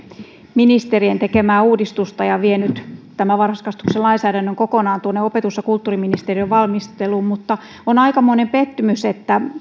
ministerien tekemää uudistusta ja vienyt tämän varhaiskasvatuksen lainsäädännön kokonaan tuonne opetus ja kulttuuriministeriön valmisteluun mutta on aikamoinen pettymys että